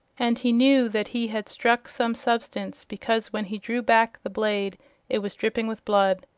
and he knew that he had struck some substance because when he drew back the blade it was dripping with blood.